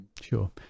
Sure